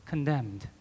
Condemned